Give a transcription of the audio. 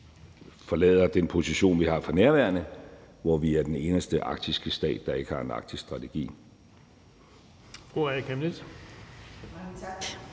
forlade den position, vi har for nærværende, hvor vi er den eneste arktiske stat, der ikke har en arktisk strategi.